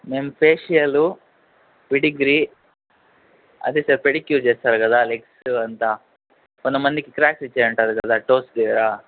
మేం ఫేషియలు విడిగ్రి అదే సార్ పెడిక్యూర్ చేస్తారు కదా లెగ్సు అదంతా కొంతమందికి క్రాక్స్ ఇచ్చాయి అంటారు కదా టోస్ దగ్గిర